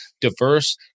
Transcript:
diverse